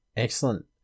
Excellent